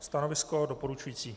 Stanovisko doporučující.